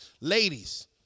Ladies